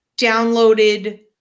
downloaded